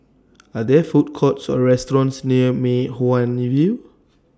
Are There Food Courts Or restaurants near Mei Hwan View